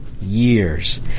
years